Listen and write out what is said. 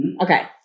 okay